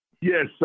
Yes